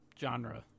genre